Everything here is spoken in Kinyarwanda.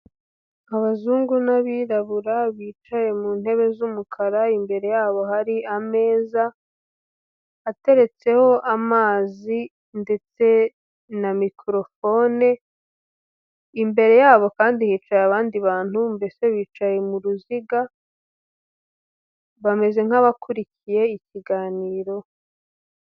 Abazungu n'abirabura bicaye mu ntebe z'umukara imbere yabo hari ameza, ateretseho amazi ndetse na mikorofone, imbere yabo kandi hicaye abandi bantu mbese bicaye mu ruziga, bameze nk'abakurikiye ikiganiro.